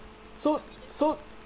so so